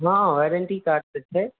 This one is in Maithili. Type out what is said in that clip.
हँ वारण्टी कार्ड तऽ छै